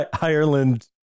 Ireland